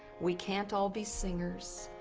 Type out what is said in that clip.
we can't all be singers.